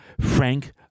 Frank